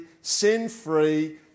sin-free